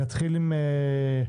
נתחיל עם מאיה,